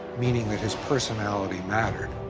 meaning that his personality mattered.